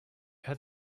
had